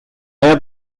have